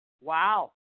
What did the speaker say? Wow